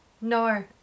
No